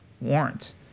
warrants